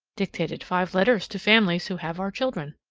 dictated five letters to families who have our children.